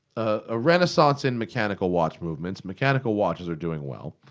a renaissance in mechanical watch movements, mechanical watches are doing well.